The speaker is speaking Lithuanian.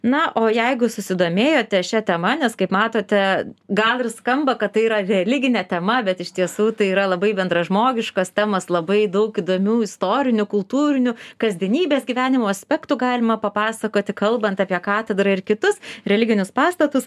na o jeigu susidomėjote šia tema nes kaip matote gal ir skamba kad tai yra religinė tema bet iš tiesų tai yra labai bendražmogiškos temos labai daug įdomių istorinių kultūrinių kasdienybės gyvenimo aspektų galima papasakoti kalbant apie katedrą ir kitus religinius pastatus